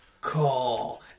Call